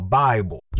bible